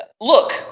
look